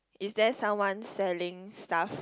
is there someone selling stuff